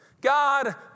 God